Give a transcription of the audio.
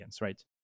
right